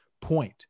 point